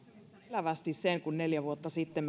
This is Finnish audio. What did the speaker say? elävästi sen kun neljä vuotta sitten